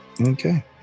Okay